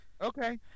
okay